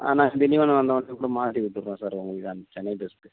ஆ நாங்கள் திண்டிவனம் வந்த ஒடனே கூட மாறி விட்டுடறோம் சார் உங்களுக்கு அந்த சென்னை பஸ்ஸுக்கு